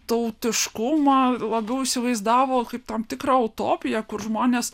tautiškumą labiau įsivaizdavo kaip tam tikrą utopiją kur žmonės